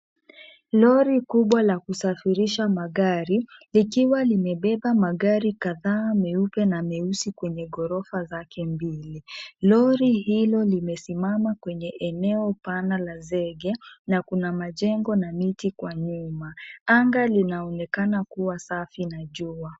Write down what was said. Lori kubwa la kusafirisha magari likiwa limebeba magari kadhaa meupe na meusi kwenye ghorofa zake mbili, lori hilo limesimama kwenye eneo pana la sege na kuna majengo na miti kwa nyuma ,anga linaonekana kua safi na jua .